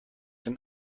den